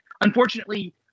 Unfortunately